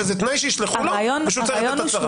שזה תנאי שישלחו לו ושהוא צריך לתת הצהרה.